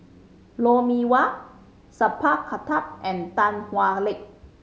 Lou Mee Wah Sat Pal Khattar and Tan Hwa Luck